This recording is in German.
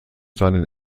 seinen